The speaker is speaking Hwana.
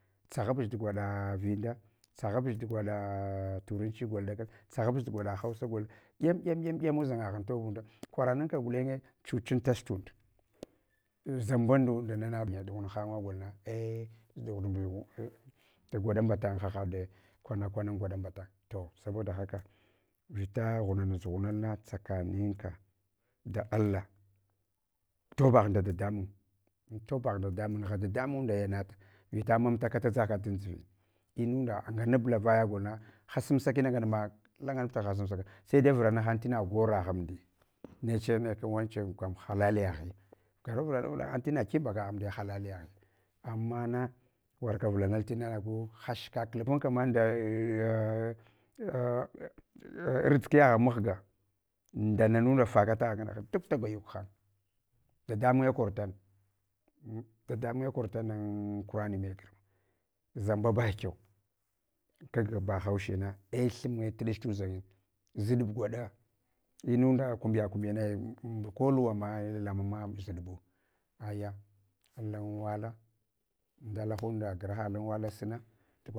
Tsaghabuh tu gwaɗa vinda tsaghabch gwaɗa turanci gwaɗa hausa, dyamdyamdyama udʒinaghan tobunda, kwara naka gulenye chuchat tach tund, xamba mundna na ɗughangha golna ai gyighuɗbingu gwada mbatang halwa kwana kwana an gwaɗa mbatan, to saboda haka vita ghunamus ghunalna tsakaninka da allah tobagh nda dadamun antobagh nda dadamun nugha dadamunda yanata vita mamtaka da dʒaghaka dan dʒuvin. Inunda anga bala vaya golna hashamsaka ina ngana ma, langta nabla hashamsaka sai dai vulana hen ma goragh amdiy neche ka wanchan kam halah yaghi, ngu vav lalang tina kimbakagh amdiya halaliyaghi. Ama na warka vulanal tina na nagu hash kak arʒikiyagha mahga nda nanunda faka aghan gana kana duk da gwayuk hang dadamunye kor tana, dadamunye kortana an quraniyeka, zamba ba kyau kaga bahaushe na ei thumye tuɗch tudʒangin, zuɗbu gwɗa inunda kumbiya kumbiyana, unda kol luwama lmungma dʒuɗbu aya alan wala ndalahunda grahalan wala suna.